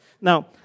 Now